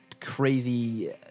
crazy